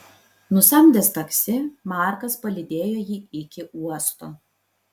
nusamdęs taksi markas palydėjo jį iki uosto